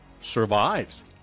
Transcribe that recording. Survives